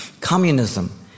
communism